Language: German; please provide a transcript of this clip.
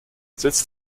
sitz